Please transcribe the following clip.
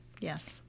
Yes